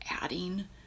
adding